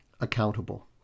accountable